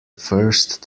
first